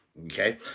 okay